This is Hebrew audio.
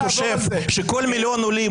אם אתה חושב שכל מיליון העולים,